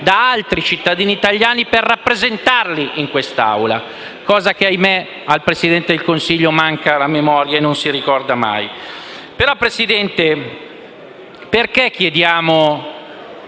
da altri cittadini italiani per rappresentarli in quest'Aula, cosa che, ahimè, il Presidente del Consiglio, a cui manca la memoria, non ricorda mai. Signor Presidente, perché chiediamo